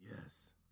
Yes